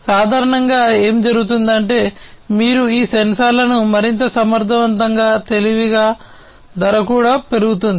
సాధారణంగా ఏమి జరుగుతుందంటే మీరు ఈ సెన్సార్లను మరింత సమర్థవంతంగా తెలివిగా ధర కూడా పెరుగుతుంది